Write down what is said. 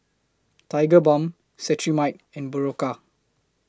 Tigerbalm Cetrimide and Berocca